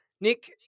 Nick